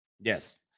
Yes